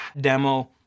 demo